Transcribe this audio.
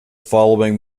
following